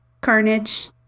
Carnage